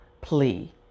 plea